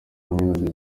hamwe